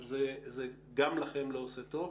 אבל זה גם לכם לא עושה טוב.